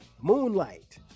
Moonlight